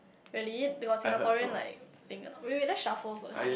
really they got Singaporean like thing or not wait wait let shuffle first